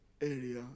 area